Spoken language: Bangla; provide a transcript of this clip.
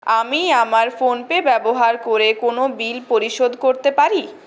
আমি আমার ফোনপে ব্যবহার করে কোন বিল পরিশোধ করতে পারি